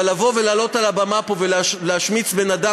אבל לבוא ולעלות פה על הבמה ולהשמיץ בן-אדם